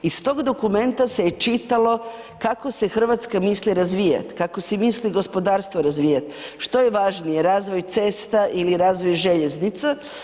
Iz tog dokumenta se je čitalo kako se Hrvatska misli razvijati, kako si misli gospodarstvo razvijati, što je važnije, razvoj cesta ili razvoj željeznica.